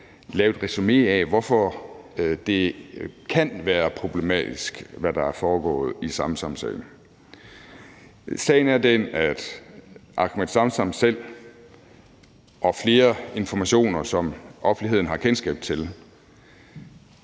lave et resumé af, hvorfor det kan være problematisk, hvad der er foregået i Samsamsagen. Sagen er den, at Ahmed Samsam selv siger, og det er der flere informationer, som offentligheden har kendskab til,